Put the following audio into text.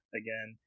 again